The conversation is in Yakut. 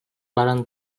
баран